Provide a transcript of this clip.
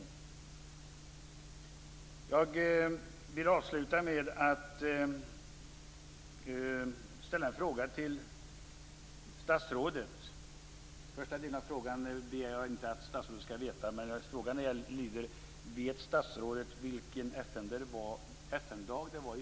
Jag vill avsluta med att ställa en fråga till statsrådet, även om jag inte begär att han skall veta svaret. december?